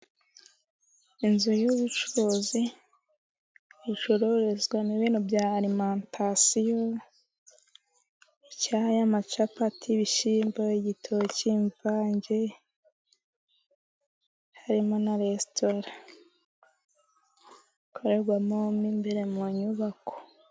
Inzu y'ubucuruzi icururizwamo ibintu bya alimantasiyo, icyayi, capati, ibishyimbo, igitoki, imvange, harimo na resitora ikorerwamo mo imbere mu nyubako.